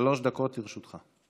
שלוש דקות לרשותך.